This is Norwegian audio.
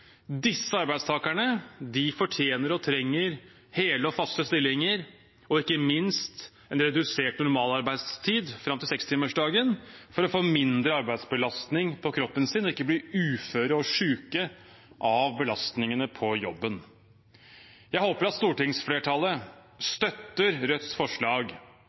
Disse arbeidstakerne fortjener og trenger hele og faste stillinger og ikke minst en redusert normalarbeidstid fram til sekstimersdagen, for å få mindre arbeidsbelastning på kroppen sin og ikke bli uføre og syke av belastningene på jobben. Jeg håper at stortingsflertallet støtter Rødts forslag